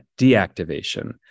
deactivation